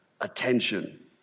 attention